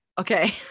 okay